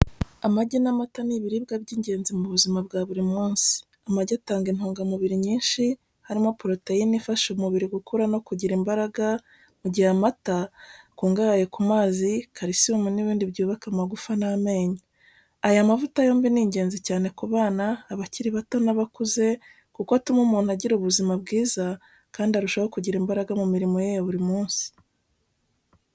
Amagi n’amata ni ibiribwa by’ingenzi mu buzima bwa buri munsi. Amagi atanga intungamubiri nyinshi, harimo poroteyine ifasha umubiri gukura no kugira imbaraga, mu gihe amata akungahaye ku mazi, calcium n’ibindi byubaka amagufa n’amenyo. Aya mavuta yombi ni ingenzi cyane ku bana, abakiri bato n’abakuze, kuko atuma umuntu agira ubuzima bwiza kandi arushaho kugira imbaraga mu mirimo ye ya buri munsi.